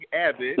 Abbott